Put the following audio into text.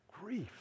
grief